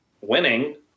winning